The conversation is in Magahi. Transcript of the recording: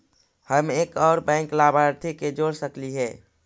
हम एक और बैंक लाभार्थी के जोड़ सकली हे?